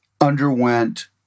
underwent